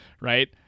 right